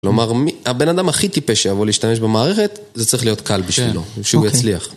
כלומר, הבן אדם הכי טיפש שיעבור להשתמש במערכת, זה צריך להיות קל בשבילו, שהוא יצליח.